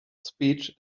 speech